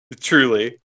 Truly